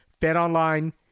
BetOnline